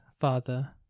father